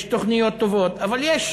יש תוכניות טובות, אבל יש